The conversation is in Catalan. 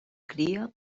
cria